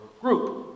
group